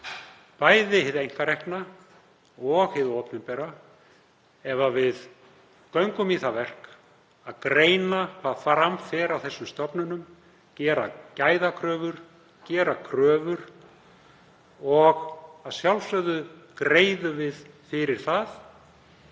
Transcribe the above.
bæði hið einkarekna og hið opinbera, ef við göngum í það verk að greina hvað fram fer á þessum stofnunum, gera gæðakröfur, gera kröfur. Að sjálfsögðu greiðum við fyrir það.